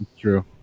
True